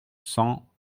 cent